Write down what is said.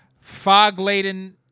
fog-laden